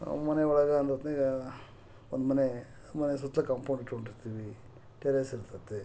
ಮನೆ ಒಳಗೆ ಅನ್ನೊಹೊತ್ನೆಗ ಒಂದು ಮನೆ ಮನೆ ಸುತ್ಲೂ ಕಂಪೌಂಡ್ ಇಟ್ಕೊಂಡಿರ್ತೀವಿ ಟೆರೆಸ್ ಇರ್ತದೆ